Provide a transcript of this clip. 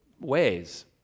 ways